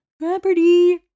Property